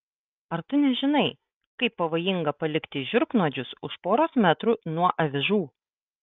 ar tu nežinai kaip pavojinga palikti žiurknuodžius už poros metrų nuo avižų